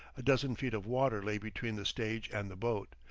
a dozen feet of water lay between the stage and the boat.